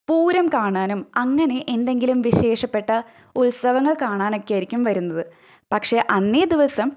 പൂരം കാണാനും അങ്ങനെ എന്തെങ്കിലും വിശേഷപ്പെട്ട ഉത്സവങ്ങൾ കാണാനൊക്കെയായിരിക്കും വരുന്നത് പക്ഷേ അന്നേ ദിവസം